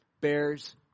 bears